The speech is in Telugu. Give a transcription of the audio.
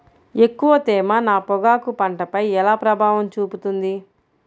ఎక్కువ తేమ నా పొగాకు పంటపై ఎలా ప్రభావం చూపుతుంది?